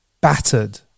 battered